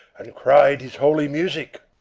and cried his holy music!